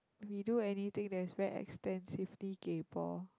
we do anything that is very extensively kaypoh